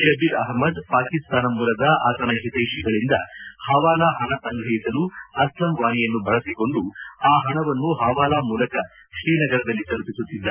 ಶಬೀರ್ ಅಹಮ್ಮದ್ ಪಾಕಿಸ್ತಾನ ಮೂಲದ ಆತನ ಹಿತ್ವೆಷಿಗಳಿಂದ ಹವಾಲಾ ಹಣ ಸಂಗ್ರಹಿಸಲು ಅಸ್ಲಂ ವಾನಿಯನ್ನು ಬಳಸಿಕೊಂದು ಆ ಹಣವನ್ನು ಹವಾಲಾ ಮೂಲಕ ಶ್ರೀನಗರದಲ್ಲಿ ತಲುಪಿಸುತ್ತಿದ್ದ